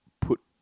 put